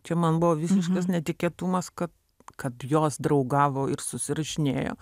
čia man buvo visiškas netikėtumas ka kad jos draugavo ir susirašinėjo